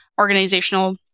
organizational